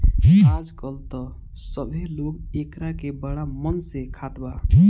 आजकल त सभे लोग एकरा के बड़ा मन से खात बा